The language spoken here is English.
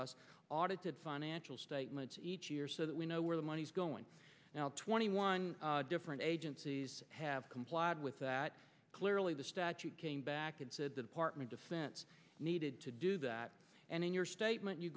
us audited financial statements each year so that we know where the money's going now twenty one different agencies have complied with that clearly the statute came back and said the department defense needed to do that and in your statement you